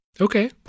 Okay